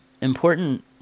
important